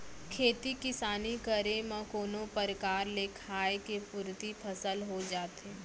खेती किसानी करे म कोनो परकार ले खाय के पुरती फसल हो जाथे